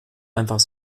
einfach